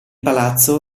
palazzo